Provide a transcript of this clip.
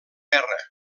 guerra